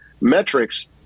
metrics